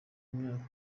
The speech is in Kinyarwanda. imyaka